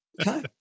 Okay